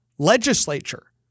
legislature